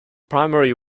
primary